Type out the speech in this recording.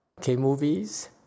K-movies